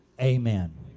amen